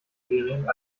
kriterien